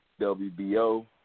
WBO